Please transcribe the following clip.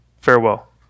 Farewell